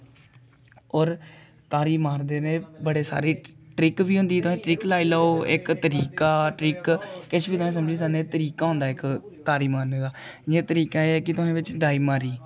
होर तारी मारदे रेह् बड़े सारे ट्रिक बी होंदी तुस ट्रिक लाई लैओ इक तरीका ट्रिक किश बी तुस समझी सकने तरीका होंदा इक तारी मारने दा जि'यां तरीका ऐ कि तुसें बिच डाई मारी